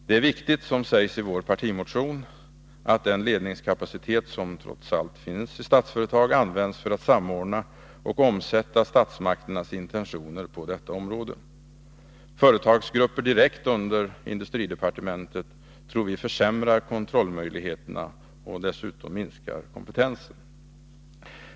Det är viktigt, som sägs i vår partimotion, att den ledningskapacitet som trots allt finns i Statsföretag används för att samordna och omsätta statsmakternas intentioner på detta område. Företagsgrupper 27 direkt under industridepartementet försämrar kontrollmöjligheterna, och dessutom minskar kompetensen.